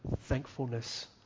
thankfulness